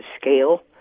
scale